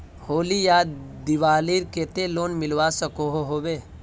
होली या दिवालीर केते लोन मिलवा सकोहो होबे?